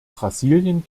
brasilien